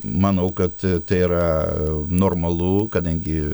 manau kad tai yra normalu kadangi